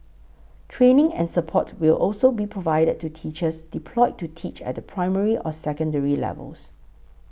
training and support will also be provided to teachers deployed to teach at the primary or secondary levels